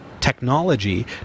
technology